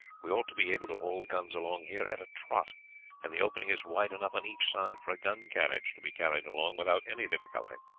we ought to be able to haul the guns along here at a trot and the opening is wide enough on each side for a gun carriage to be carried along without any difficulty.